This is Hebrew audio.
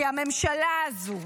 כי הממשלה הזו,